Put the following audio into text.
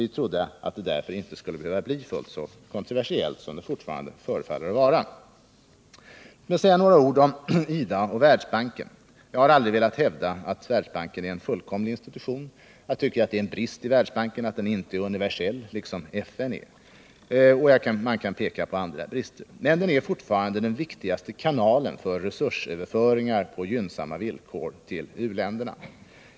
Vi trodde att den därför inte skulle behöva bli fullt så kontroversiell som den fortfarande förefaller att vara. Låt mig säga några ord om IDA och Världsbanken. Jag har aldrig velat hävda att Världsbanken är en fullkomlig institution. Jag tycker att det är en brist att den inte är universell som FN. Man kan även peka på andra brister. Men den är fortfarande den viktigaste kanalen för resursöverföringar på gynnsamma villkor för u-länderna.